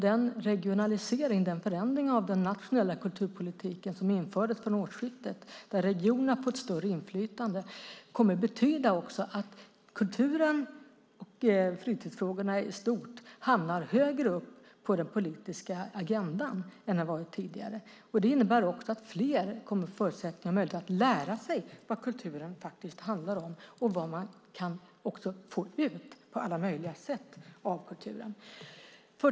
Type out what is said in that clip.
Den regionalisering och den förändring av den nationella kulturpolitiken som infördes vid årsskiftet där regionerna har fått större inflytande kommer att betyda att kulturen och fritidsfrågorna hamnar högre upp på den politiska agendan än tidigare. Det innebär att fler får möjlighet att lära sig vad kultur är och vad man på olika sätt kan få ut av kulturen.